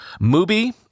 Mubi